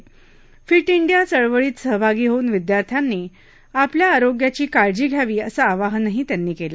fit India चळवळीत सहभागी होऊन विद्यार्थ्यांनी आपल्या आरोग्याची काळजी घ्यावी असं आवाहनही त्यांनी केलं